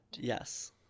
Yes